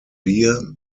beer